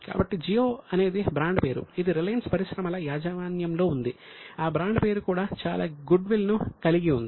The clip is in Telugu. కాబట్టి ఆ టాటా పేరు చాలా గుడ్విల్ ను కలిగి ఉంది